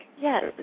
Yes